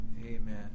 Amen